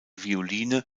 violine